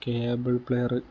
cable player